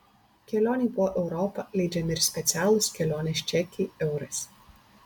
kelionei po europą leidžiami ir specialūs kelionės čekiai eurais